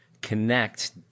connect